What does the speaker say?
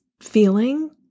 feeling